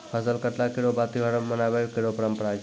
फसल कटला केरो बाद त्योहार मनाबय केरो परंपरा छै